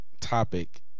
topic